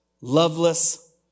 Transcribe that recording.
loveless